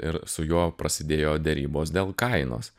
ir su juo prasidėjo derybos dėl kainos